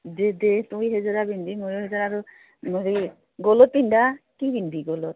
দে দে গলত পিন্ধা কি পিন্ধি গলত